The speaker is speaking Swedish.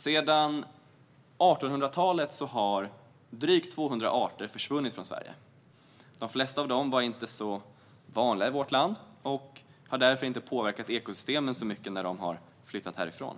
Sedan 1800-talet har drygt 200 arter försvunnit från Sverige. De flesta av dem var inte så vanliga i vårt land, och det har därför inte påverkat ekosystemen särskilt mycket när de har flyttat härifrån.